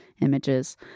images